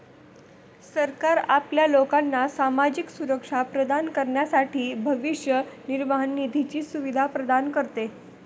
सरकार आपल्या लोकांना सामाजिक सुरक्षा प्रदान करण्यासाठी भविष्य निर्वाह निधीची सुविधा प्रदान करते